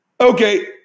Okay